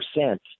percent